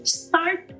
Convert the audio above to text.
start